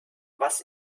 was